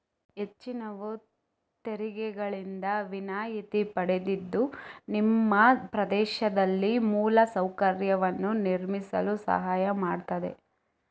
ಹೆಚ್ಚಿನವು ತೆರಿಗೆಗಳಿಂದ ವಿನಾಯಿತಿ ಪಡೆದಿದ್ದು ನಿಮ್ಮ ಪ್ರದೇಶದಲ್ಲಿ ಮೂಲ ಸೌಕರ್ಯವನ್ನು ನಿರ್ಮಿಸಲು ಸಹಾಯ ಮಾಡ್ತದೆ